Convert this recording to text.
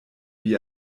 wie